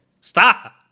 Stop